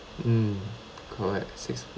mm correct six